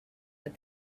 that